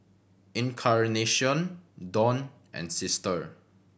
Encarnacion Don and Sister